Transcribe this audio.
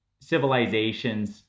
civilizations